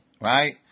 Right